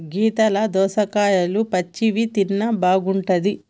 గీతల దోసకాయలు పచ్చివి తిన్న మంచిగుంటది